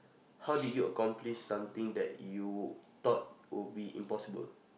how did you accomplished something that you thought will be impossible